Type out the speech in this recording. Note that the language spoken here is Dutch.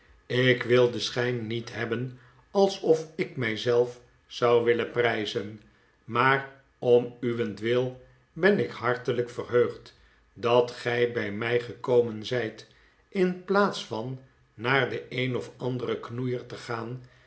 ik wil den schijn niet hebben alsof ik imjzelf zou willen prijzen maar om uwentwil ben ik hartelijk verheugd dat gij bij mij gekomen zijt in plaats van naar den een of anderen knoeier te gaan